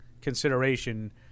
consideration